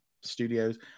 studios